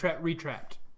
re-trapped